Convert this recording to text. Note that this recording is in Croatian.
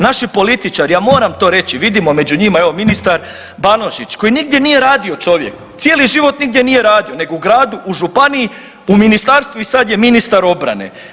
Naši političari, ja moram to reći, vidimo među njima evo ministar Banožić koji nigdje nije radio čovjek, cijeli život nigdje nije radio, nego u gradu, u županiju, u ministarstvu i sad je ministar obrane.